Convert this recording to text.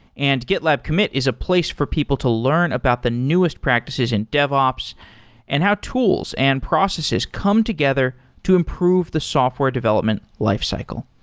and gitlab commit is a place for people to learn about the newest practices in dev ops and how tools and processes come together to improve the software development life cycle.